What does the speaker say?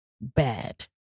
bad